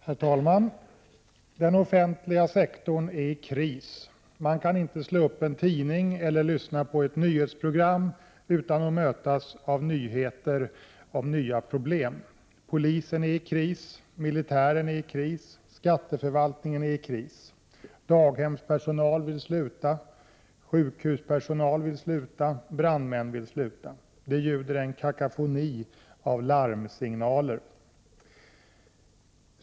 Herr talman! Den offentliga sektorn är i kris. Man kan inte slå upp en tidning eller lyssna på ett nyhetsprogram utan att mötas av nyheter om nya problem. Polisen är i kris, militären är i kris och skatteförvaltningen är i kris. Daghemspersonal vill sluta, sjukhuspersonal vill sluta och brandmän vill sluta. Det ljuder en kakofoni av larmsignaler.